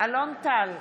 אלון טל,